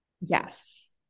Yes